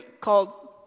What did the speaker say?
called